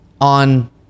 on